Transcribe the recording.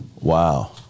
Wow